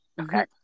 Okay